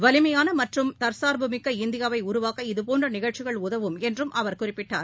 வலிமையானமற்றும் தற்சார்புமிக்க இந்தியாவைஉருவாக்க இதுபோன்றநிகழ்ச்சிகள் உதவும் என்றும் அவர் குறிப்பிட்டார்